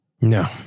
No